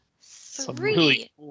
three